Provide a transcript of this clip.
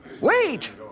Wait